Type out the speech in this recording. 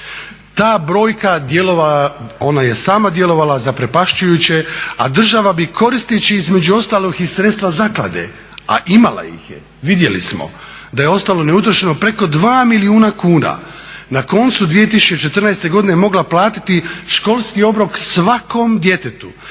Ta brojka je sama djelovala zaprepašćujuće, a država bi koristeći između ostalog i sredstva zaklade, a imala ih je, vidjeli smo da je ostalo neutrošeno preko 2 milijuna kuna, na koncu 2014. godine mogla platiti školski obrok svakom djetetu